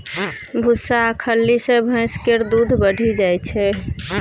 भुस्सा आ खल्ली सँ भैंस केर दूध बढ़ि जाइ छै